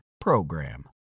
PROGRAM